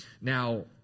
Now